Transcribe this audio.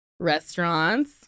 restaurants